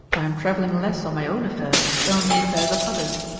i am travelling less on my own affairs than on the affairs of others.